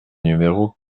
numéro